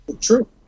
True